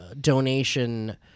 donation